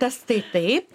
tas tai taip